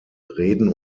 reden